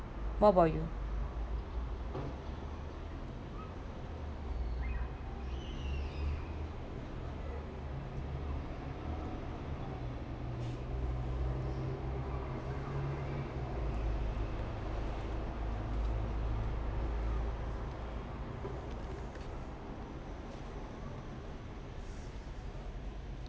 what about you